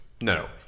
No